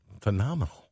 phenomenal